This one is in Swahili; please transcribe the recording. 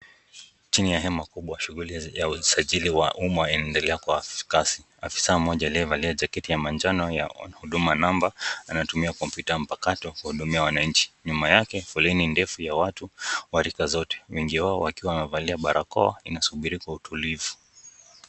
Chini ya hema kubwa shughuli ya usajili wa umma yanaendelea kwa kasi. Afisa mmoja aliyevalia jaketi ya manjano ya huduma namba anatumia kompyuta mpakato kuhudumia wananchi. Nyuma yake, foleni ndefu ya watu wa rika zote wengi wao wakiwa wamevalia barakoa inasubiri kwa utulivu.